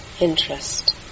interest